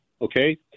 okay